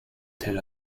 tel